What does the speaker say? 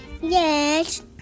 Yes